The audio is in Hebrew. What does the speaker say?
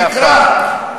תקרא.